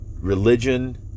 Religion